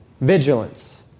vigilance